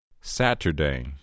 Saturday